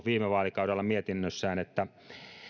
viime vaalikaudella mietinnössään että